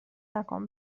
نکن